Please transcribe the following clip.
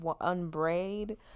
unbraid